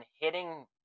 hitting